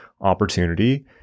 opportunity